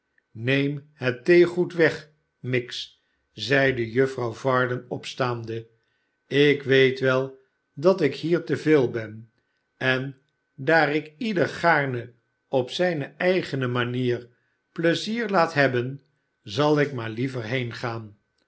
neem het theegoed weg miggs zeide juffrouw varden opstaande ik weet wel dat ikhier te veel ben en daar ik ieder gaarne op zijne eigene manier pleizier laat hebben zal ik maar liever